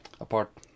apart